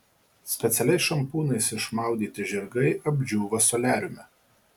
specialiais šampūnais išmaudyti žirgai apdžiūva soliariume